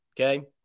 okay